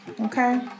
okay